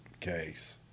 case